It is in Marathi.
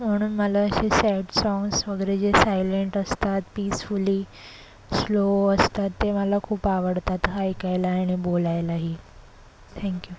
म्हणून मला असे सॅड साँग्स वगैरे जे सायलंट असतात पीसफुली स्लो असतात ते मला खूप आवडतात ऐकायला आणि बोलायलाही थँक यू